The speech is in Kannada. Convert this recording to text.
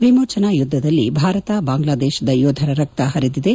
ವಿಮೋಚನಾ ಯುದ್ದದಲ್ಲಿ ಭಾರತ ಬಾಂಗ್ಲಾದೇಶದ ಯೋಧರ ರಕ್ತ ಪರಿದಿದೆ